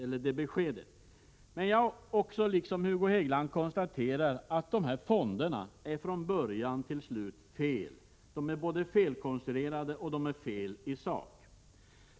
Men jag konstaterar liksom Hugo Hegeland att dessa fonder är fel tänkta från början till slut — de är både felkonstruerade och felaktiga i sak.